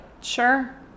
Sure